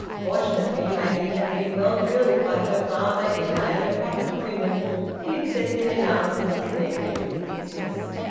fortunately maggie had been well drilled by her father in the manner proper to women in accepting announcements connected with business.